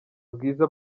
bwiza